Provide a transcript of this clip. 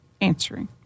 answering